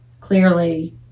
clearly